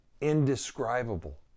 indescribable